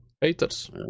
Haters